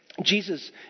Jesus